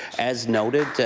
as noted,